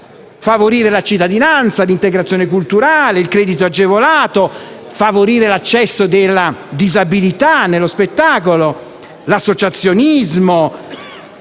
favorire la cittadinanza, l'integrazione culturale, il credito agevolato, l'accesso della disabilità nello spettacolo, l'associazionismo,